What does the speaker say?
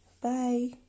Bye